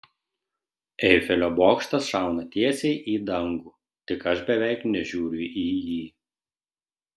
eifelio bokštas šauna tiesiai į dangų tik aš beveik nežiūriu į jį